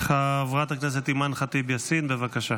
חברת הכנסת אימאן ח'טיב יאסין, בבקשה.